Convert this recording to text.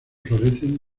florecen